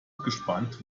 gespannt